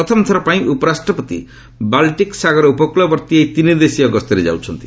ପ୍ରଥମ ଥରପାଇଁ ଉପରାଷ୍ଟ୍ରପତି ବାଲ୍ଟିକ୍ ସାଗର ଉପକ୍ୱଳବର୍ତ୍ତୀ ଏହି ତିନିଦେଶୀୟ ଗସ୍ତରେ ଯାଉଛନ୍ତି